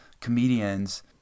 comedians